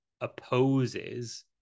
opposes